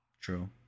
true